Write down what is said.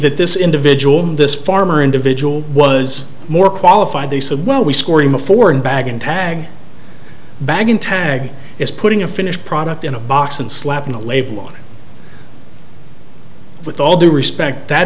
that this individual this farmer individual was more qualified they said well we scored in the foreign bag and tag bagging tag is putting a finished product in a box and slapping a label on it with all due respect that